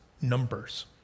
numbers